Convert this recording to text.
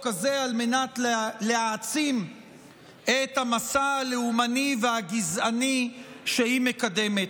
הזה על מנת להעצים את המסע הלאומני והגזעני שהיא מקדמת.